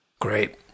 Great